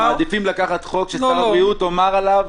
אתם מעדיפים לקחת חוק ששר הבריאות אמר עליו